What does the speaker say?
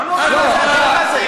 זה נותן לכם זכות לקחת את זה?